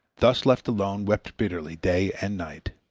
thus left alone, wept bitterly day and night.